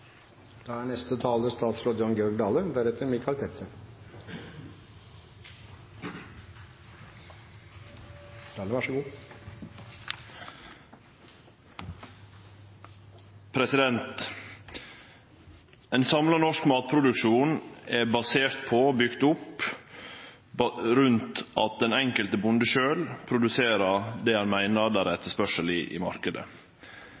Ein samla norsk matproduksjon er basert på og bygd opp rundt at den enkelte bonden sjølv produserer det han meiner det er